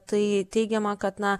tai teigiama kad na